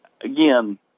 Again